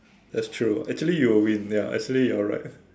that's true actually you will win there are actually you are right